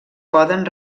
poden